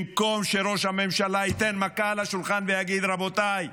במקום שראש הממשלה ייתן מכה על השולחן ויגיד: רבותיי,